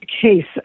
case